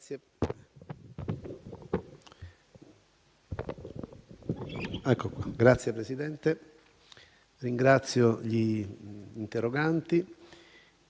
Signor Presidente, ringrazio gli interroganti